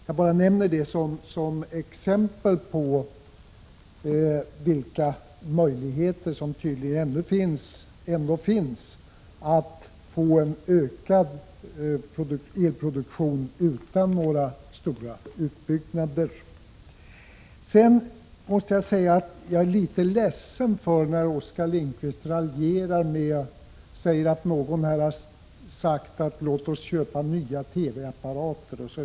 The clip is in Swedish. Jag bara nämner det som exempel på vilka möjligheter som ändå finns att få en ökad elproduktion utan några stora utbyggnader. Sedan måste jag framhålla att jag är litet ledsen när Oskar Lindkvist raljerar och säger att någon här har sagt: Låt oss köpa nya TV-apparater!